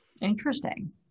Interesting